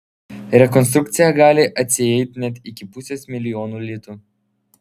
rekonstrukcija gali atsieit net iki pusės milijono litų